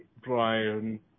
Brian